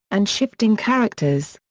and shifting characters.